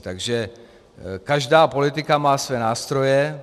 Takže každá politika má své nástroje.